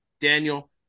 Daniel